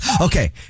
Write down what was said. Okay